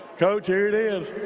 coach, here it is.